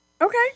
Okay